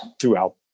throughout